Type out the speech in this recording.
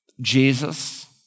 Jesus